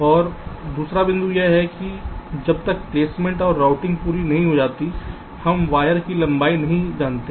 और दूसरा बिंदु यह है कि जब तक प्लेसमेंट और राउटिंग पूरी नहीं हो जाती है हम वायर की लंबाई नहीं जानते हैं